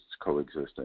coexisting